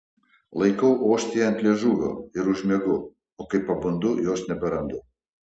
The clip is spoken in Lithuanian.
laikau ostiją ant liežuvio ir užmiegu o kai pabundu jos neberandu